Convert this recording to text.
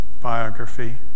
biography